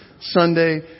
Sunday